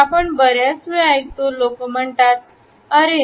आपण बऱ्याच वेळा ऐकतो लोक म्हणतात " अरे